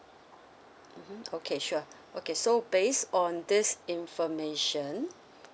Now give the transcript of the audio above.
mmhmm okay sure okay so base on this information